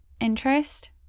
Interest